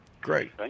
Great